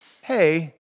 hey